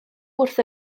wrth